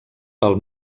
del